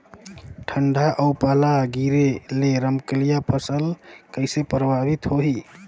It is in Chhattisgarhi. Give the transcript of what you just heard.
ठंडा अउ पाला गिरे ले रमकलिया फसल कइसे प्रभावित होही?